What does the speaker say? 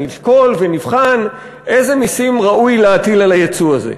נשקול ונבחן איזה מסים ראוי להטיל על הייצוא הזה.